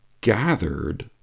gathered